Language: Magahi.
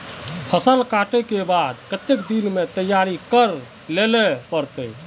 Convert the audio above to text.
फसल कांटे के बाद कते दिन में तैयारी कर लेले पड़ते?